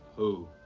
who?